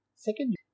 Second